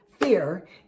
fear